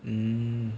mm